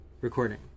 recording